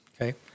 okay